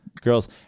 girls